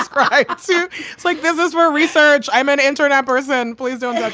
like right. so it's like this is where research i. i'm an internet person. please don't like